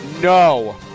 No